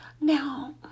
now